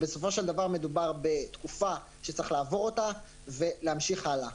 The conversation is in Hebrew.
בסופו של דבר מדובר בתקופה שצריך לעבור אותה ולהמשיך הלאה.